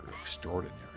extraordinary